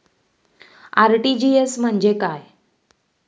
RTGS म्हणजे काय?